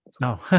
No